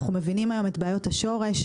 אנחנו מבינים היום את בעיות השורש,